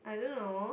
I don't know